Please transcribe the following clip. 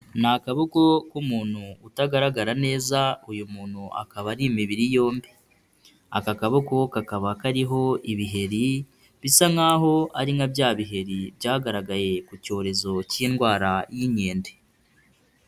Ni akaboko, k'umuntu utagaragara neza, uyu muntu akaba ari imibiri yombi. Aka kaboko kakaba kariho ibiheri, bisa nk'aho ari nka bya biheri, byagaragaye ku cyorezo cy'indwara, y'inkende.